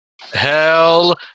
Hell